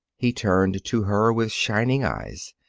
he turned to her with shining eyes.